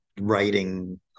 writing